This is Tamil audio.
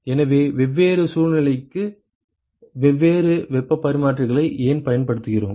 எனவே வெவ்வேறு சூழ்நிலைகளுக்கு வெவ்வேறு வெப்பப் பரிமாற்றிகளை ஏன் பயன்படுத்துகிறோம்